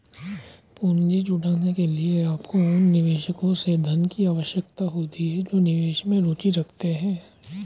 पूंजी जुटाने के लिए, आपको उन निवेशकों से धन की आवश्यकता होती है जो निवेश में रुचि रखते हैं